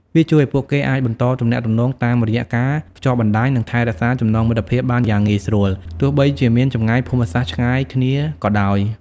វាជួយឲ្យពួកគេអាចបន្តទំនាក់ទំនង តាមរយះការភ្ជាប់បណ្តាញ និងថែរក្សាចំណងមិត្តភាពបានយ៉ាងងាយស្រួល ទោះបីជាមានចម្ងាយភូមិសាស្ត្រឆ្ងាយគ្នាក៏ដោយ ។